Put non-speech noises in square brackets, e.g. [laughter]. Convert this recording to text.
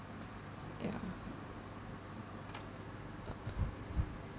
ya [noise]